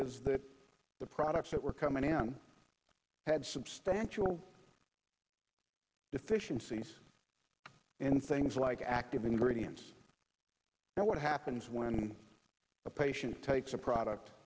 is that the products that were coming in had substantial deficiencies in things like active ingredients now what happens when a patient takes a product